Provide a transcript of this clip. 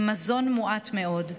עם מזון מועט מאוד.